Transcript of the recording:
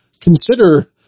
consider